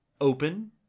open